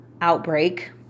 outbreak